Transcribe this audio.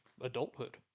adulthood